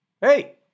Hey